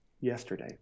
yesterday